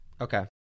Okay